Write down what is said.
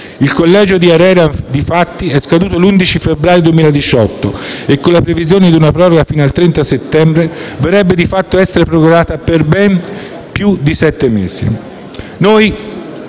Il collegio di ARERA, difatti, è scaduto l'11 febbraio 2018 e con la previsione di una proroga fino al 30 settembre verrebbe di fatto a essere prorogato per ben più di sette mesi.